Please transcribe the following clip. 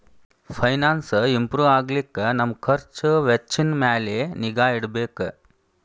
finance improve ಆಗ್ಲಿಕ್ಕೆ ನಮ್ ಖರ್ಛ್ ವೆಚ್ಚಿನ್ ಮ್ಯಾಲೆ ನಿಗಾ ಇಡ್ಬೆಕ್